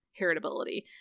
heritability